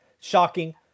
Shocking